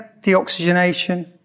deoxygenation